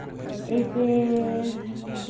ꯑꯩꯁꯦ